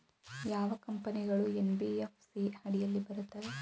ಯಾವ ಕಂಪನಿಗಳು ಎನ್.ಬಿ.ಎಫ್.ಸಿ ಅಡಿಯಲ್ಲಿ ಬರುತ್ತವೆ?